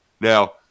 Now